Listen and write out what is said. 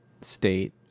state